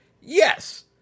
Yes